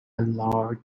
large